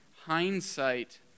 hindsight